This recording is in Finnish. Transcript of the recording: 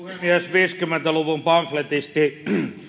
viisikymmentä luvun pamfletisti